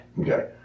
Okay